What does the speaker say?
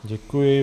Děkuji.